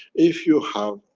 if you have